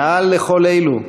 מעל לכל אלו,